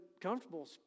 comfortable